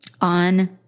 on